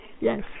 Yes